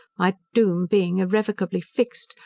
my doom being irrevocably fixed,